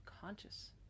conscious